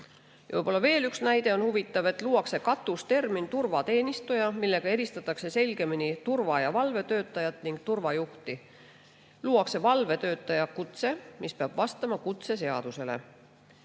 huvitav näide veel: luuakse katustermin "turvateenistuja", millega eristatakse selgemini turva- ja valvetöötajat ning turvajuhti. Luuakse valvetöötaja kutse, mis peab vastama kutseseadusele.